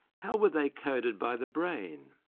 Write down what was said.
how were they coded by the brain?